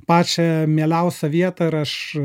pačią mieliausią vietą ir aš